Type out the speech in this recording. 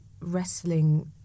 wrestling